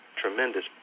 tremendous